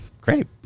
great